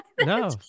No